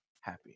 happy